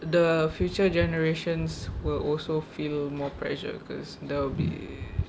the future generations will also feel more pressure because there will be